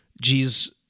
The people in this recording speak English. Jesus